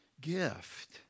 gift